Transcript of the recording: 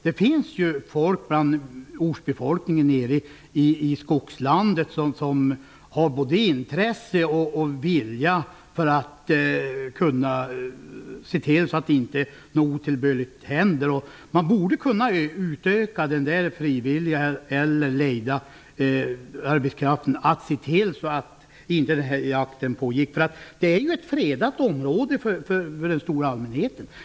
Det finns ju människor bland ortsbefolkningen i skogslandet som har både intresse och vilja att se till att inget otillbörligt händer. Man borde kunna utöka omfattningen av den frivilliga eller lejda arbetskraften för att förhindra att den här typen av jakt skall kunna pågå. Det är ju fråga om ett fredat område för den stora allmänheten.